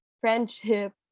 friendship